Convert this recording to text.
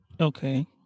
Okay